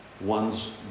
one's